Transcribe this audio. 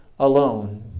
Alone